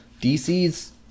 DC's